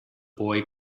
boy